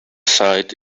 site